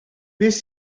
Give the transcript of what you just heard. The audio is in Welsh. beth